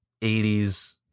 80s